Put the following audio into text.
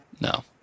No